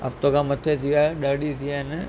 हफ़्तो खां मथे थी वियो आहे ॾ ॾींहं थी विया आहिनि